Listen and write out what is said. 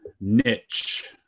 niche